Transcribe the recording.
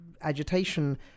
agitation